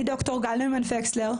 אני ד"ר גל נוימן וקסלר,